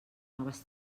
noves